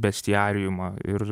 bestiariumą ir